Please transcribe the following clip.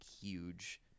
huge